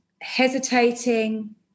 hesitating